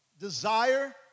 desire